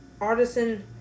artisan